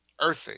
earthy